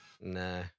Nah